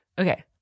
Okay